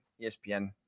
ESPN